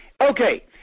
Okay